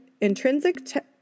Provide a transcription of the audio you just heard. intrinsic